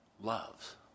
loves